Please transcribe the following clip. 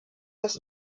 das